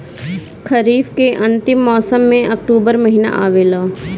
खरीफ़ के अंतिम मौसम में अक्टूबर महीना आवेला?